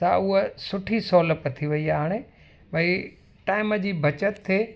सा उहे सुठी सहूलियत थी वई थे हाणे भई टाइम जी बचति थिए